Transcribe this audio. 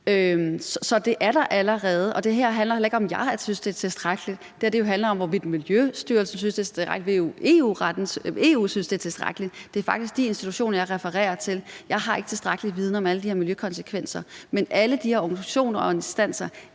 Så det er der allerede. Og det her handler heller ikke om, om jeg synes, det er tilstrækkeligt. Det her handler om, hvorvidt Miljøstyrelsen synes, det er tilstrækkeligt, om EU synes, det er tilstrækkeligt. Det er faktisk de institutioner, jeg refererer til. Jeg har ikke tilstrækkelig viden om alle de her miljøkonsekvenser, men alle de her organisationer og instanser